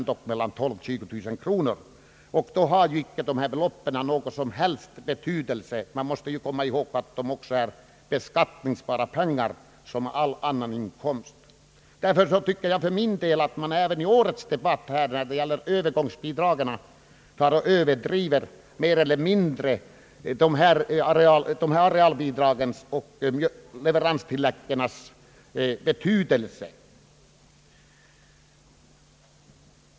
De belopp som utgår i småbrukarstöd har alltså icke någon som helst betydelse. Man måste ju komma ihåg att detta är beskattningsbara pengar såsom all annan inkomst. Jag tycker därför att man i årets debatt om övergångsbidragen mer eller mindre överdriver arealbidragens och leveranstilläggens betydelse.